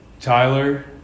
Tyler